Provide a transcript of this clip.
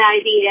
idea